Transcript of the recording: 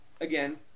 again –